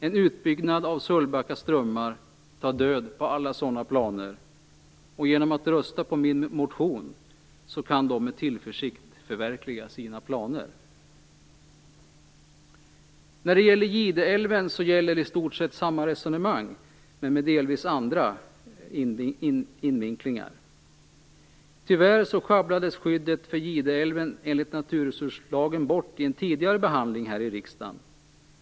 En utbyggnad av Sölvbacka strömmar tar död på alla sådana planer, men vid ett bifall till min motion kan man med tillförsikt förverkliga planer. För Gideälven gäller i stort sett samma resonemang men med delvis andra vinklingar. Tyvärr sjabblades skyddet för Gideälven enligt naturresurslagen bort i en tidigare behandling här i riksdagen.